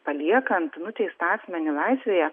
paliekant nuteistą asmenį laisvėje